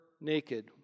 naked